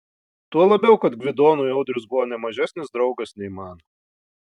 tuo labiau kad gvidonui audrius buvo ne mažesnis draugas nei man